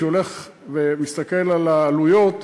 שמסתכל על העלויות,